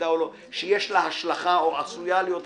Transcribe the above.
עובדה שיש לה השלכה או עשויה להיות השלכה,